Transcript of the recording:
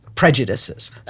Prejudices